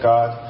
God